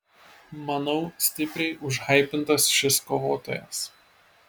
manau stipriai užhaipintas šis kovotojas